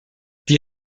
die